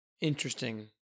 interesting